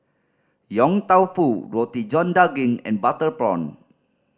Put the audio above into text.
Yong Tau Foo Roti John Daging and butter prawn